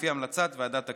לפי המלצת ועדת הכנסת.